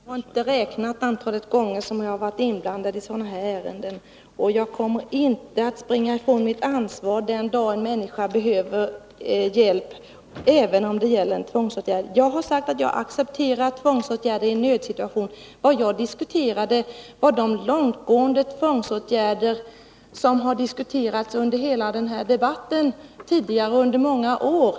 Fru talman! Jag har inte räknat antalet gånger som jag har varit inblandad i sådana här ärenden. Men jag vill säga att jag inte kommer att springa ifrån mitt ansvar den dag en människa behöver hjälp, även om det gäller en tvångsåtgärd. Jag har sagt att jag accepterar tvångsåtgärder i en nödsituation. Vad jag nu tog upp var de långtgående tvångsåtgärder som har diskuterats under hela den debatt som har pågått under många år.